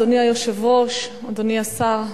אדוני היושב-ראש, אדוני השר,